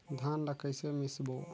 धान ला कइसे मिसबो?